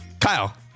Kyle